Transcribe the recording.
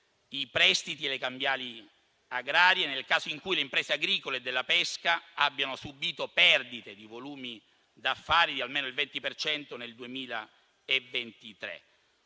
i prestiti e le cambiali agrarie, nel caso in cui le imprese agricole e della pesca abbiano subito perdite di volumi d'affari di almeno il 20 per cento